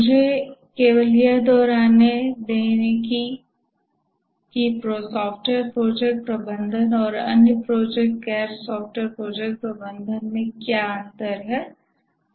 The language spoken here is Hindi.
मुझे केवल यह दोहराने दें कि सॉफ्टवेयर प्रोजेक्ट प्रबंधन और अन्य प्रोजेक्ट्स गैर सॉफ्टवेयर प्रोजेक्ट्स के प्रबंधन में मुख्य अंतर क्या है